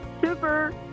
Super